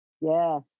Yes